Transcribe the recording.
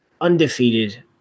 undefeated